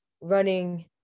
running